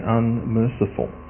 unmerciful